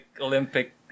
olympic